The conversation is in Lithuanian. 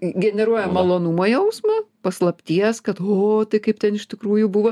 generuoja malonumo jausmą paslapties kad o tai kaip ten iš tikrųjų buvo